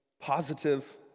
positive